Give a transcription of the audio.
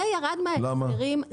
זה ירד מההסדרים.